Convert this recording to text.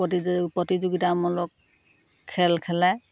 প্ৰতিযোগ প্ৰতিযোগিতামূলক খেল খেলায়